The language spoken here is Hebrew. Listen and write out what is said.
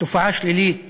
תופעה שלילית